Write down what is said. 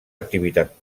activitat